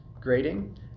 grading